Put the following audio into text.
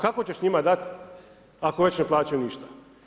Kako ćeš njima dati ako već ne plaćaju ništa?